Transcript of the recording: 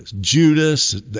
Judas